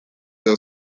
hill